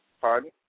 Pardon